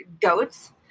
goats